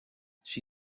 she